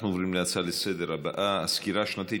נעבור להצעות לסדר-היום בנושא: הסקירה השנתית